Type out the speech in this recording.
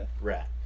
rat